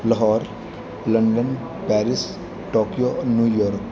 Lahore London Paris Tokyo New York